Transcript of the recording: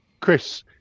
Chris